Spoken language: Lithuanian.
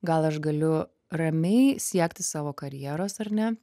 gal aš galiu ramiai siekti savo karjeros ar ne